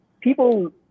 people